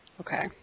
Okay